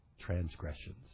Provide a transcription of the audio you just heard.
transgressions